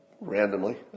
randomly